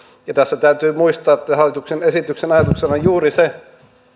ja tässä täytyy muistaa että hallituksen esityksen ajatuksena on juuri se